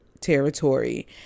territory